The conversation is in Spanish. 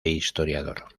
historiador